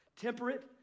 temperate